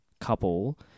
couple